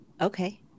Okay